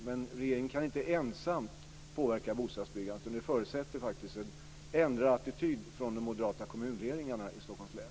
Men regeringen kan inte ensam påverka bostadsbyggandet, utan det förutsätter faktiskt en ändrad attityd från de moderata kommunledningarna i Stockholms län.